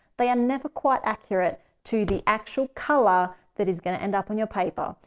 they are never quite accurate to the actual color that is going to end up on your paper.